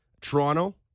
Toronto